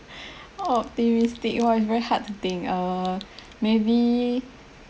optimistic !wah! it's very hard to think uh maybe